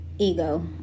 ego